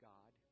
God